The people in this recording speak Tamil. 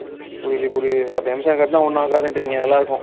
பு புரியுது புரியுது சார் அப்போ எம்சாண்ட் கட்டினா ஒன்றும் ஆகாதுன்றீங்க நல்லாருக்கும்